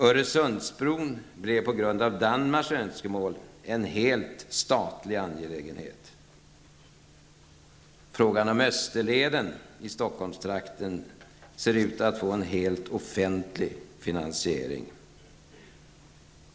Öresundsbron blev på grund av Danmarks önskemål en helt statlig angelägenhet. Frågan om Österleden i Stockholmstrakten ser ut att få en helt offentlig finansiering.